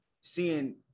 Seeing